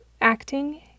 acting